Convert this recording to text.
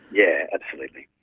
yeah, absolutely.